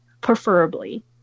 preferably